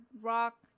rock